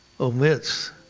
omits